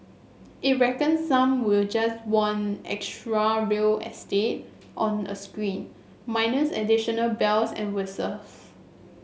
it reckons some will just want extra real estate on a screen minus additional bells and whistles